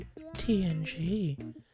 TNG